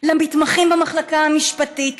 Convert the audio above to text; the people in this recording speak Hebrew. למתמחים במחלקה המשפטית,